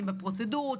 עם הפרוצדורות,